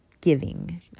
giving